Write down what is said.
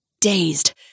Dazed